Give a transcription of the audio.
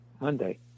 Monday